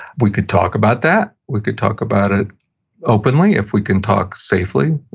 we could talk about that, we could talk about it openly, if we can talk safely,